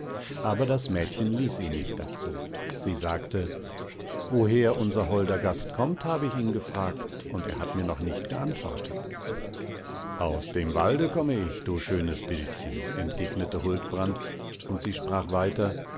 aber das mädchen ließ ihn nicht dazu sie sagte woher unser holder gast kommt habe ich ihn gefragt und er hat mir noch nicht geantwortet aus dem walde komme ich du schönes bildchen entgegnete huldbrand und sie sprach weiter